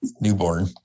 newborn